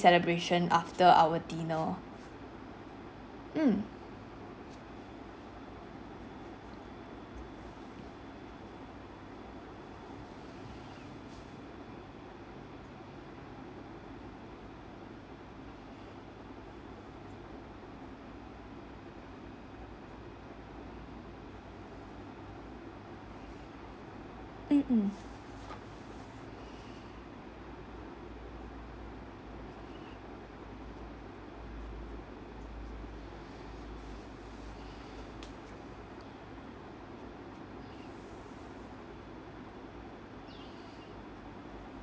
~elebration after our dinner mm mmhmm